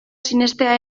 sinestea